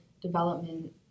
development